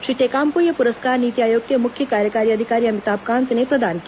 श्री टेकाम को यह पुरस्कार नीति आयोग के मुख्य कार्यकारी अधिकारी अमिताभ कांत ने प्रदान किया